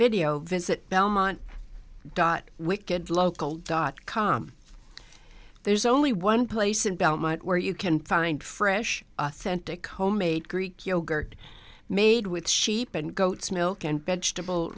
video visit belmont dot wicked local dot com there's only one place in belmont where you can find fresh authentic homemade greek yogurt made with sheep and goats milk and vegetable